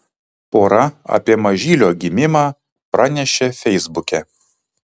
pora apie mažylio gimimą pranešė feisbuke